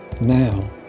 now